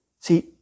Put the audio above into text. See